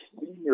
senior